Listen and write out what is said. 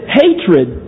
hatred